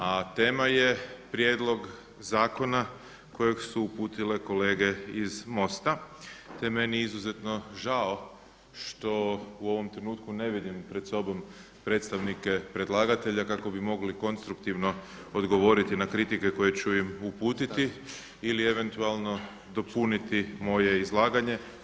A tema je prijedlog zakona kojeg su uputile kolege iz Mosta te je meni izuzetno žao što u ovom trenutku ne vidim pred sobom predstavnike predlagatelja kako bi mogli konstruktivno odgovoriti na kritike koje ću im uputiti ili eventualno dopuniti moje izlaganje.